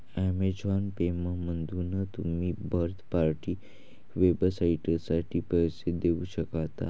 Amazon पेमधून तुम्ही third party वेबसाइटसाठी पैसे देऊ शकता